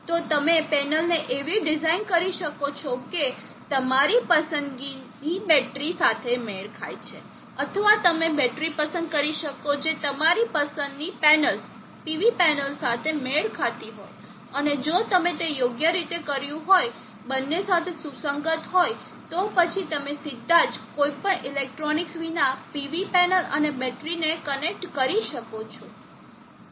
તો તમે પેનલને એવી ડિઝાઇન કરી શકો છો કે તે તમારી પસંદગીની બેટરી સાથે મેળ ખાય છે અથવા તમે બેટરી પસંદ કરી શકો છો જે તમારી પસંદની પેનલ્સ PV પેનલ સાથે મેળ ખાતી હોય અને જો તમે તે યોગ્ય રીતે કર્યું હોય બંને સાથે સુસંગત હોય તો પછી તમે સીધા જ કોઈ પણ ઇલેક્ટ્રોનિક્સ વિના PV પેનલ અને બેટરીને કનેક્ટ કરી શકો છો